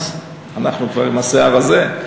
אנחנו כבר עם השיער הזה.